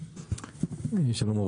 שלום.